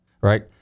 right